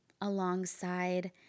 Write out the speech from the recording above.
alongside